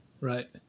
right